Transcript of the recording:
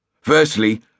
Firstly